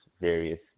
various